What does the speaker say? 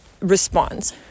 responds